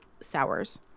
sours